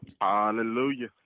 Hallelujah